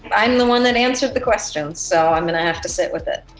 i'm the one that answered the questions, so i'm going to have to sit with it.